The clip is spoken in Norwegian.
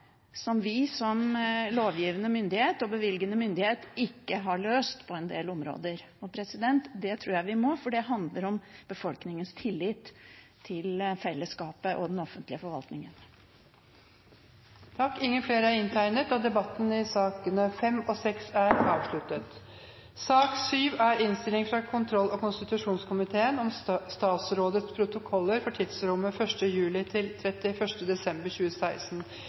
som vi som lovgivende og bevilgende myndighet ikke har løst på en del områder. Det tror jeg vi må, for det handler om befolkningens tillit til fellesskapet og den offentlige forvaltningen. Flere har ikke bedt om ordet til sakene nr. 5 og